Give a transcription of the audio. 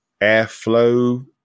airflow